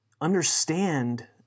Understand